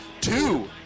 two